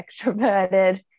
extroverted